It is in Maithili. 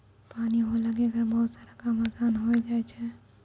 पानी होला के कारण बहुते सारा काम आसान होय जाय छै